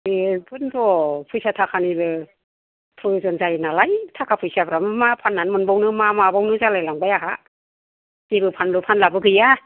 बेफोरनोथ' फैसा थाखानिबो फ्रय'जन जायो नालाय थाखा फैसाफ्राबो मा फाननानै मोनबावनो मा माबावनो जालायलांबाय आंहा जेबो फानलु फानलाबो गैया